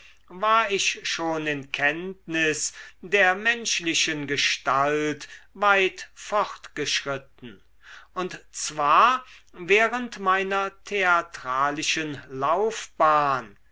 war ich schon in kenntnis der menschlichen gestalt weit vorgeschritten und zwar während meiner theatralischen laufbahn